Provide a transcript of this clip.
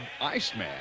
Iceman